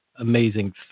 amazing